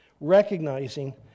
recognizing